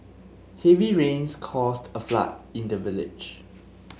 heavy rains caused a flood in the village